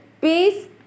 peace